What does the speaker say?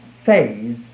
phase